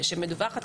שמדווחת,